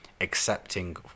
accepting